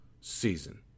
season